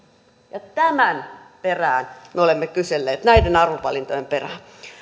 ja tämän perään me olemme kyselleet näiden arvovalintojen perään